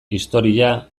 historia